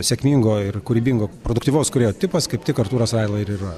sėkmingo ir kūrybingo produktyvaus kūrėjo tipas kaip tik artūras raila ir yra